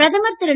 பிரதமர் திரு